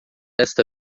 esta